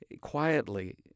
quietly